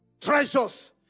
Treasures